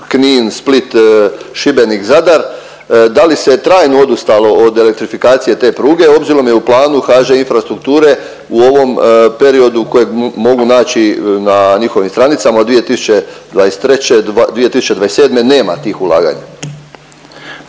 Oštarije-Knin-Split-Šibenik-Zadar, da li se trajno odustalo od elektrifikacije te pruge, obzirom je u planu HŽ Infrastrukture u ovom periodu kojeg mogu naći na njihovim stranicama, 2023.-2027. nema tih ulaganja?